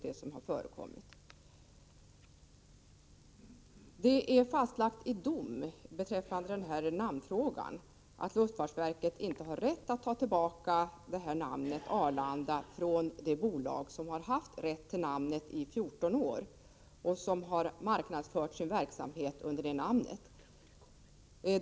Det är fastlagt i dom, beträffande namnfrågan, att luftfartsverket inte har befogenhet att ta namnet Arlanda ifrån det här bolaget, som har haft rätt till namnet i 14 år och som har marknadsfört sin verksamhet under det namnet.